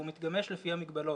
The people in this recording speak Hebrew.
והוא מתגמש לפי המגבלות.